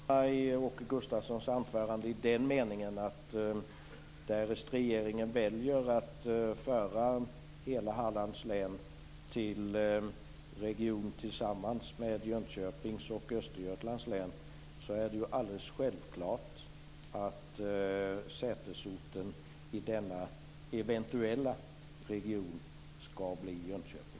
Herr talman! Jag instämmer gärna i Åke Gustavssons anförande i den meningen att det, därest regeringen väljer att föra hela Hallands län till regionen tillsammans med Jönköpings och Östergötlands län, är alldeles självklart att sätesorten i denna eventuella region skall vara Jönköping.